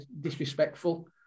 disrespectful